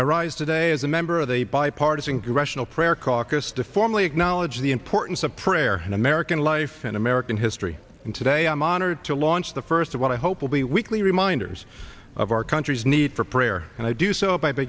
i rise today as a member of the bipartisan congressional prayer caucus to formally acknowledge the importance of prayer in american life in american history and today i'm honored to launch the first of what i hope will be weekly reminders of our country's need for prayer and i do so by